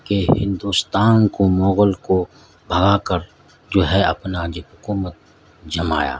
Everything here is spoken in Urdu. کہ ہندوستان کو مغل کو بھگا کر جو ہے اپنا حکومت جمایا